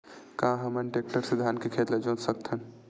का हमन टेक्टर से धान के खेत ल जोत सकथन?